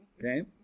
Okay